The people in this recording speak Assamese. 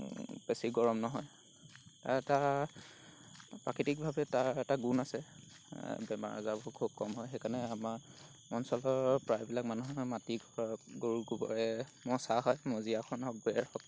বেছি গৰম নহয় আৰু তাৰ প্ৰাকৃতিকভাৱে তাৰ এটা গুণ আছে বেমাৰ আজাৰবোৰ খুব কম হয় সেইকাৰণে আমাৰ অঞ্চলৰ প্ৰায়বিলাক মানুহে মাটি ঘৰত গৰু গোবৰে মচা হয় মজিয়াখন হওক বেৰ হওক